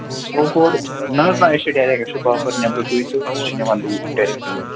سوپوٗر نہَ حظ نہَ أسۍ چھِ ڈایریکٹ اَسہِ چھُ باپٲرۍ نٮ۪برٕکُے تہٕ أسۍ چھِ نِوان توٗرۍ ڈایریکٹ توٗرۍ